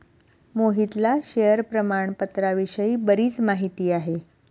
मोहितला शेअर प्रामाणपत्राविषयी बरीच माहिती आहे